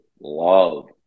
love